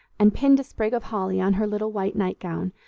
and pinned a sprig of holly on her little white night gown,